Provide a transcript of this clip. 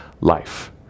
life